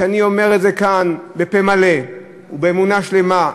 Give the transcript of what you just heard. ואני אומר את זה כאן בפה מלא ובאמונה שלמה,